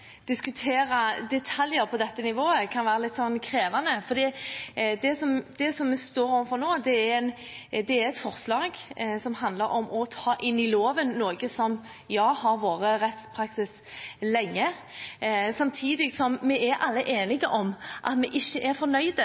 diskutere detaljer på dette nivået kan være litt krevende. Det som vi står overfor nå, er et forslag som handler om å ta inn i loven noe som har vært rettspraksis lenge, samtidig som vi alle er enige om at vi ikke er